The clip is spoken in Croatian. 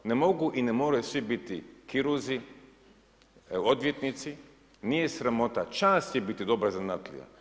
Ne mogu i ne moraju svi biti kirurzi, odvjetnici, nije sramota, čast je biti dobar zanatlija.